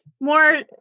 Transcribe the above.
more